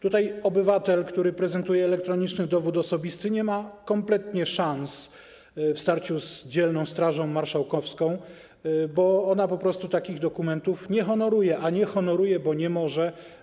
Tutaj obywatel, który prezentuje elektroniczny dowód osobisty, nie ma kompletnie szans w starciu z dzielną Strażą Marszałkowską, bo ona po prostu takich dokumentów nie honoruje, a nie honoruje, bo nie może.